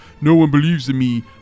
no-one-believes-in-me